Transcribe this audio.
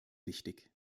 wichtig